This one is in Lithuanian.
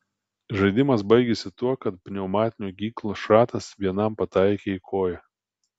žaidimas baigėsi tuo kad pneumatinio ginklo šratas vienam pataikė į koją